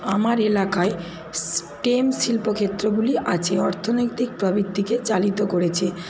আমার এলাকার স্টেম শিল্পক্ষেত্রগুলি আছে অর্থনৈতিক প্রবৃত্তিকে চালিত করেছে